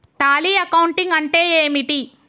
Tally accounting అంటే ఏమిటి?